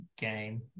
game